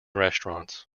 restaurants